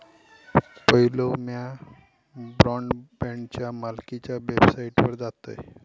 पयलो म्या ब्रॉडबँडच्या मालकीच्या वेबसाइटवर जातयं